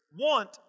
want